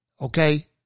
Okay